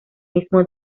mismo